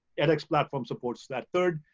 edx platform supports that. third,